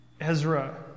Ezra